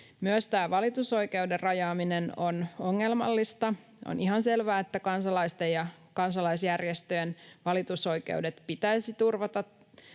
tämä valitusoikeuden rajaaminen on ongelmallista. On ihan selvää, että kansalaisten ja kansalaisjärjestöjen valitusoikeudet pitäisi turvata